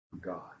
God